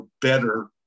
better